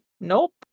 Nope